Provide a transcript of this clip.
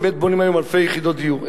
באמת בונים היום אלפי יחידות דיור,